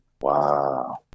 Wow